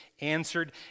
answered